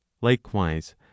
Likewise